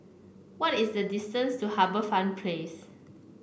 what is the distance to HarbourFront Place